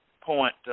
point